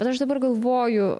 bet aš dabar galvoju